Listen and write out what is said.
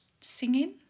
Singing